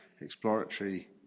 exploratory